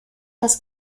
das